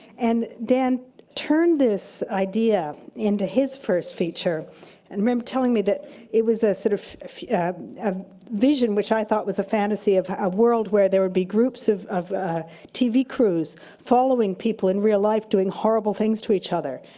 and dan turned this idea into his first feature. i and remember him telling me that it was a sort of of yeah a vision which i thought was a fantasy of a world where there would be groups of of tv crews following people in real life doing horrible things to each other.